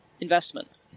investment